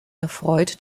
erfreut